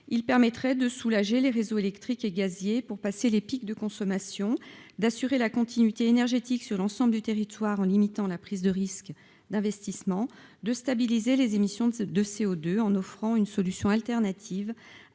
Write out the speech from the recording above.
il permettrait de soulager les réseaux électriques et gaziers pour passer les pics de consommation, d'assurer la continuité énergétique sur l'ensemble du territoire en limitant la prise de risque d'investissement de stabiliser les émissions de de CO2 en offrant une solution alternative